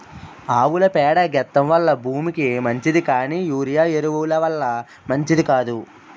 ఆవుల పేడ గెత్తెం వల్ల భూమికి మంచిది కానీ యూరియా ఎరువు ల వల్ల మంచిది కాదు